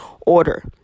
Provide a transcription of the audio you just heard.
order